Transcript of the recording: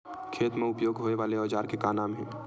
खेत मा उपयोग होए वाले औजार के का नाम हे?